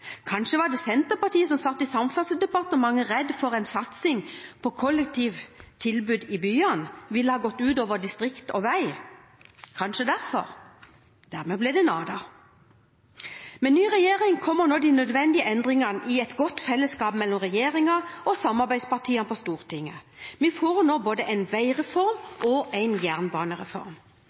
Kanskje var det fordi Senterpartiet, som satt i Samferdselsdepartementet, var redd for om en satsing på kollektivtilbud i byene ville ha gått ut over distrikt og vei. Kanskje var det derfor. Dermed ble det nada. Med ny regjering kommer nå de nødvendige endringene i et godt fellesskap mellom regjeringen og samarbeidspartiene på Stortinget. Vi får nå både en